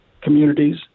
communities